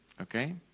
Okay